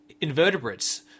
invertebrates